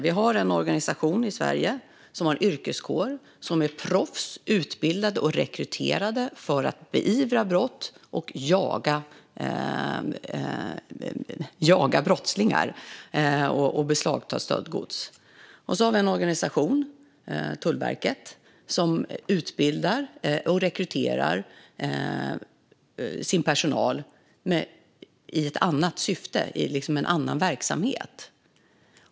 Vi har som sagt en myndighet i Sverige som har en yrkeskår som är proffs på och utbildade och rekryterade för att beivra brott, jaga brottslingar och beslagta stöldgods. Vi har en annan myndighet, Tullverket, som utbildar och rekryterar sin personal i ett annat syfte, eftersom det är en annan verksamhet.